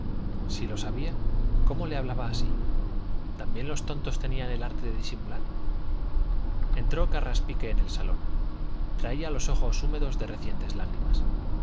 si lo sabía cómo le hablaba así también los tontos tenían el arte de disimular entró carraspique en el salón traía los ojos húmedos de recientes lágrimas